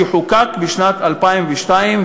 שחוקק בשנת 2002,